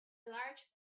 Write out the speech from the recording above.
large